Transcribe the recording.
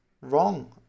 wrong